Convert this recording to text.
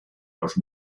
los